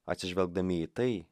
atsižvelgdami į tai